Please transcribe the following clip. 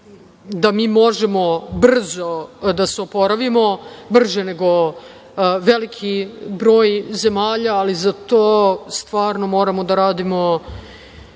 da mi možemo brzo da se oporavimo, brže nego veliki broj zemalja, ali za to stvarno moramo da radimo